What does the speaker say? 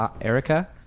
Erica